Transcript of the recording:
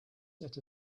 set